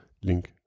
Link